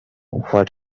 what